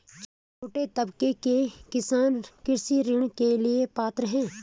छोटे तबके के किसान कृषि ऋण के लिए पात्र हैं?